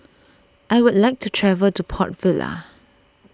I would like to travel to Port Vila